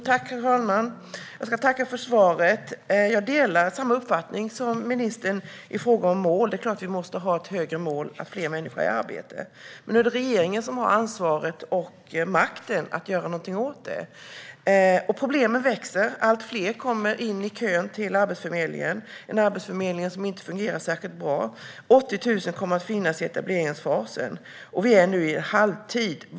Herr talman! Jag tackar för svaret. Jag delar ministerns uppfattning i fråga om mål. Det är klart att vi måste ha som mål att få fler människor i arbete. Regeringen har ansvaret och makten att göra något åt det, och problemen växer. Allt fler kommer in i kön till Arbetsförmedlingen, en arbetsförmedling som inte fungerar särskilt bra. 80 000 kommer att finnas i etableringsfasen, och vi är nu i halvtid.